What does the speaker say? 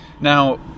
Now